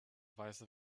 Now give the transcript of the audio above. weiße